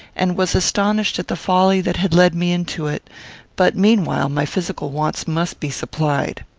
and was astonished at the folly that had led me into it but, meanwhile, my physical wants must be supplied.